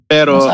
Pero